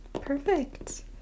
Perfect